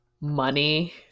money